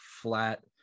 flat